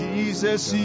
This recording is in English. Jesus